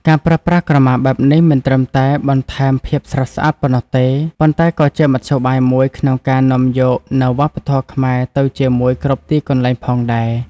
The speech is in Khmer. ការប្រើប្រាស់ក្រមាបែបនេះ មិនត្រឹមតែបន្ថែមភាពស្រស់ស្អាតប៉ុណ្ណោះទេ ប៉ុន្តែក៏ជាមធ្យោបាយមួយក្នុងការនាំយកនូវវប្បធម៌ខ្មែរទៅជាមួយគ្រប់ទីកន្លែងផងដែរ។